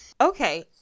Okay